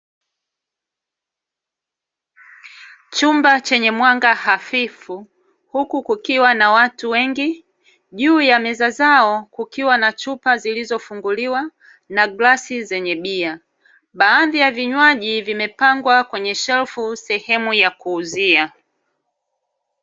Chumba chenye mwanga hafifu huku kukiwa na watu wengi, juu ya meza zao kukiwa na chupa zilizofunguliwa na glasi zenye bia. Baadhi ya vinywaji vimepangwa kwenye shelfu sehemu ya kuuzia.